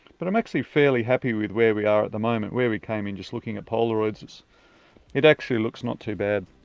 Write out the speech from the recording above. but i'm actually fairly happy with where we are at the moment. where we came in, just looking at polaroids, it actually looks not too bad.